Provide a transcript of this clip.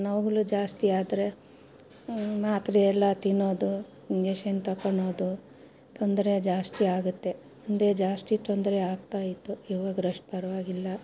ನೋವುಗಳು ಜಾಸ್ತಿ ಆದರೆ ಮಾತ್ರೆ ಎಲ್ಲ ತಿನ್ನೋದು ಇಂಜೆಕ್ಷನ್ ತೊಕೊಳೋದು ತೊಂದರೆ ಜಾಸ್ತಿ ಆಗತ್ತೆ ಹಿಂದೆ ಜಾಸ್ತಿ ತೊಂದರೆ ಆಗ್ತಾಯಿತ್ತು ಇವಾಗ ರೆಸ್ಟ್ ಪರವಾಗಿಲ್ಲ